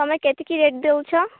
ତୁମେ କେତିକି ରେଟ୍ ଦେଉଛ